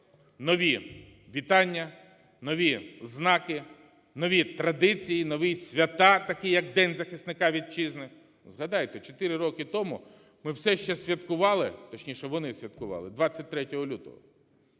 нові вітання, нові знаки, нові традиції, нові свята, такі як День захисника Вітчизни. Згадайте, 4 роки тому ми все ще святкували, точніше, вони святкували 23 лютого.